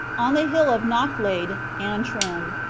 on the hill of knocklade, antrim,